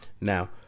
Now